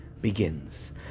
begins